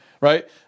right